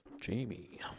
jamie